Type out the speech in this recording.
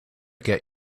get